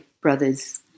brother's